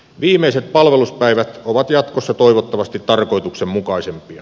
viimeiset palveluspäivät ovat jatkossa toivottavasti tarkoituksenmukaisempia